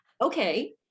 okay